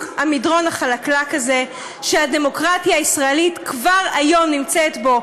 המדרון החלקלק הזה שהדמוקרטיה הישראלית כבר היום נמצאת בו,